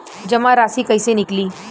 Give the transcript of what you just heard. जमा राशि कइसे निकली?